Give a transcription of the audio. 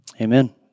Amen